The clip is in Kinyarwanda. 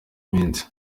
minsi